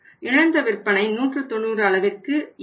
இழந்த விற்பனை 190 அளவிற்கு இறங்கும்